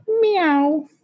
meow